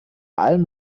allem